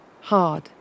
hard